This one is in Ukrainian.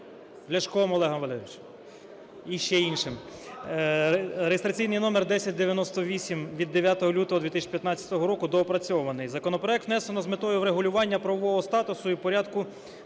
Ляшком Олегом Валерійовичем і ще іншими. Реєстраційний номер 1098 від 9 лютого 2015 року (доопрацьований). Законопроект внесено з метою врегулювання правового статусу і порядку